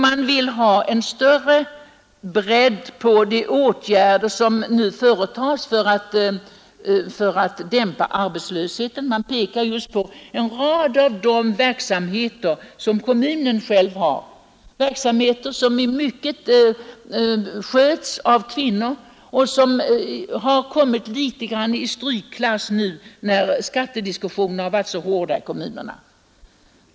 Man vill ha en större bredd på de åtgärder som företas för att dämpa kvinnoarbetslösheten. Man pekar vidare på en rad av de verksamheter som kommunen själv bedriver och som i mycket hög grad sköts av kvinnor. Dessa verksamheter har kommit i strykklass när skattediskussionerna ute i kommunerna har varit så hårda.